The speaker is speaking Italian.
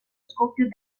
scoppio